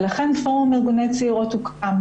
לכן פורום ארגוני צעירות הוקם.